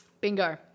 Bingo